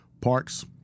parks